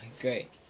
great